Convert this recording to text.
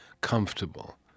comfortable